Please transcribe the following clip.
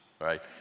right